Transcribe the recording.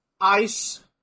ice